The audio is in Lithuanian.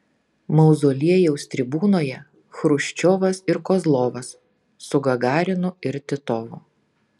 mauzoliejaus tribūnoje chruščiovas ir kozlovas su gagarinu ir titovu